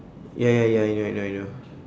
ya ya ya ya I know I know